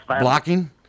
Blocking